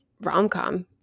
rom-com